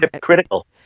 Critical